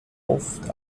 oft